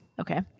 Okay